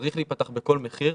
צריך להיפתח בכל מחיר,